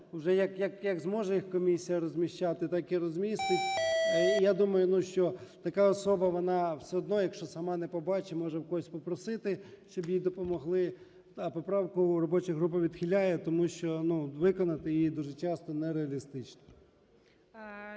вже, як зможе їх комісія розміщати, так і розмістить. Я думаю, що така особа, вона все одно, якщо сама не побачить, може в когось попросити, щоб їй допомогли. А поправку робоча група відхиляє. Тому що виконати її дуже часто нереалістично.